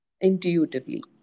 intuitively